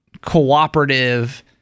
cooperative